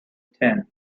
tent